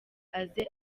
aze